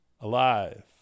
alive